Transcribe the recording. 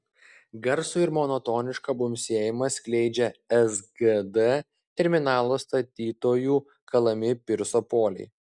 garsų ir monotonišką bumbsėjimą skleidžia sgd terminalo statytojų kalami pirso poliai